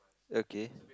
okay